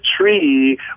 tree